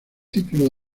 título